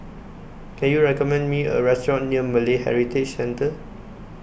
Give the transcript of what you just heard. Can YOU recommend Me A Restaurant near Malay Heritage Centre